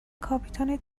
کاپیتان